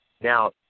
Now